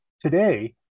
Today